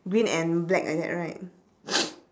green and black like that right